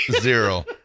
zero